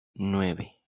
nueve